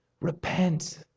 Repent